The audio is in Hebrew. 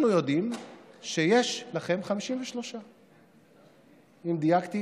אנחנו יודעים שיש לכם 53. אם דייקתי